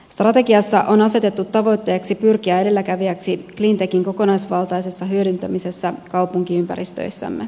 strategiassa on asetettu tavoitteeksi pyrkiä edelläkävijäksi cleantechin kokonaisvaltaisessa hyödyntämisessä kaupunkiympäristöissämme